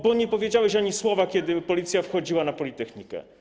Bo nie powiedziałeś ani słowa, kiedy policja wchodziła na politechnikę.